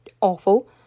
awful